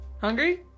hungry